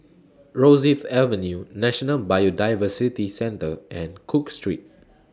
Rosyth Avenue National Biodiversity Centre and Cook Street